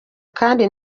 kandi